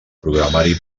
programari